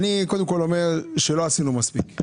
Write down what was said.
קודם כול, אני אומר שלא עשינו מספיק.